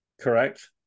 Correct